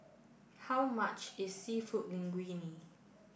how much is Seafood Linguine